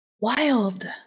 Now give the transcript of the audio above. Wild